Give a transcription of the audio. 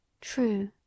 True